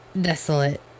desolate